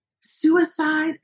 suicide